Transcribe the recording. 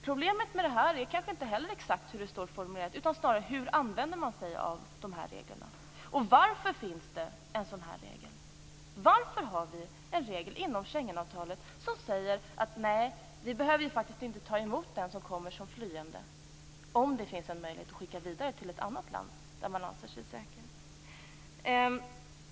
Problemet med detta är kanske inte hur regeln exakt är formulerad, utan snarare hur man använder sig av regeln och varför det finns en sådan här regel. Varför har vi en regel inom Schengenavtalet som säger att vi faktiskt inte behöver ta emot en person som kommer som flyende om det finns en möjlighet att skicka vederbörande vidare till ett annat land där han kan anse sig säker?